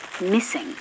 missing